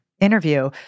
interview